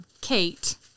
Kate